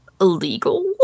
illegal